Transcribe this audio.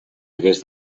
hagués